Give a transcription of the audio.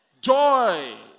Joy